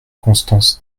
constance